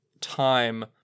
time